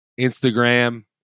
Instagram